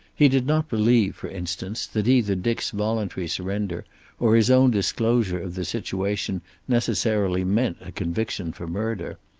he did not believe, for instance, that either dick's voluntary surrender or his own disclosure of the situation necessarily meant a conviction for murder.